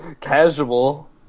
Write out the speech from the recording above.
casual